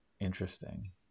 Interesting